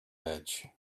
edge